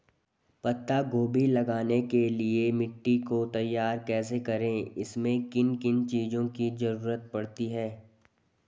पत्ता गोभी लगाने के लिए मिट्टी को तैयार कैसे करें इसमें किन किन चीज़ों की जरूरत पड़ती है?